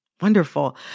Wonderful